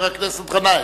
סליחה,